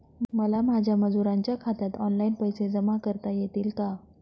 मला माझ्या मजुरांच्या खात्यात ऑनलाइन पैसे जमा करता येतील का?